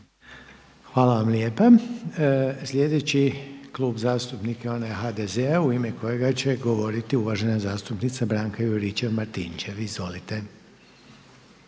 Hvala vam lijepa. Slijedeći klub zastupnika je ona HDZ-a u ime kojega će govoriti uvažena zastupnica Branka Juričev-Martinčev. Izvolite.